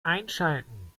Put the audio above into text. einschalten